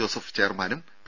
Joseph ചെയർമാനും P